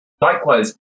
likewise